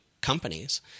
companies